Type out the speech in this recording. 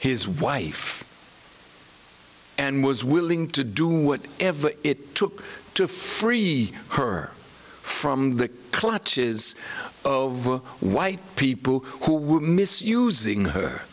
his wife and was willing to do what ever it took to free her from the clutches of white people who were misusing her